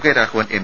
K Raghavan M